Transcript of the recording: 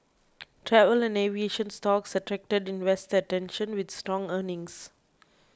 travel and aviation stocks attracted investor attention with strong earnings